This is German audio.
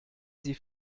sie